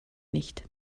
nicht